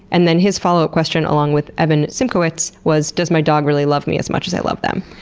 and then his follow up question along with evan simkowitz was does my dog really love me as much as i love them?